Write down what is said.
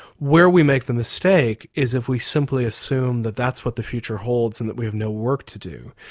where we make the mistake is if we simply assume that that's what the future holds and that we've no work to do.